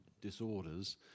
disorders